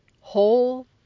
whole